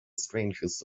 strangest